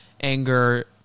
anger